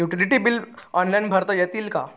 Utility बिले online भरता येतील का?